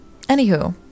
anywho